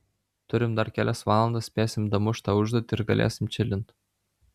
turim dar kelias valandas spėsim damušt tą užduotį ir galėsim čilint